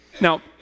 Now